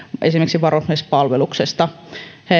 esimerkiksi varusmiespalveluksesta